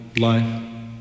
life